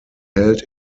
held